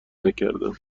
نکردم